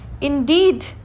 indeed